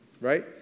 Right